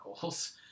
goals